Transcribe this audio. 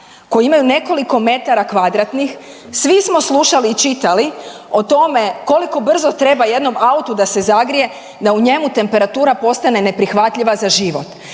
koji imaju nekoliko metara kvadratnih, svi smo slušali i čitali o tome koliko brzo treba jednom autu da se zagrije da u njemu temperatura postane neprihvatljiva za život.